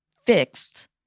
fixed